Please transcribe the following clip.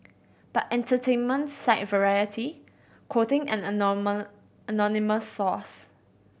but entertainment site Variety quoting an anonymous source